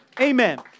Amen